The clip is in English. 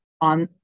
on